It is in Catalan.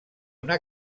una